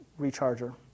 recharger